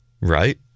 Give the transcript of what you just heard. Right